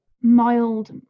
mild